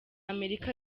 amerika